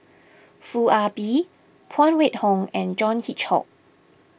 Foo Ah Bee Phan Wait Hong and John Hitchcock